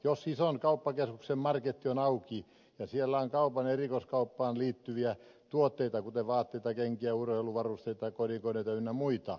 jos ison kauppakeskuksen marketti on auki ja siellä on kaupan erikoiskauppaan liittyviä tuotteita kuten vaatteita kenkiä urheiluvarusteita kodinkoneita ynnä muuta